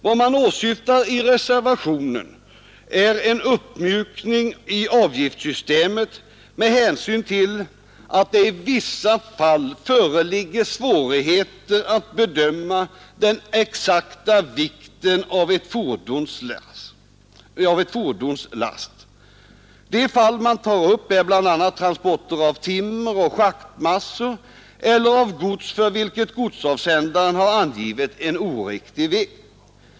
Vad man åsyftar i reservationen är en uppmjukning i avgiftssystemet med hänsyn till att det i vissa fall föreligger svårigheter att bedöma den exakta vikten av ett fordons last. De fall man nämner är bl.a. transporter av timmer och schaktmassor eller av gods för vilket godsavsändaren angivit en oriktig vikt.